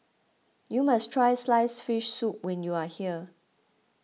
you must try Sliced Fish Soup when you are here